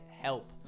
help